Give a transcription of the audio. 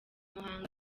muhanga